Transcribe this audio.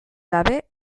gabe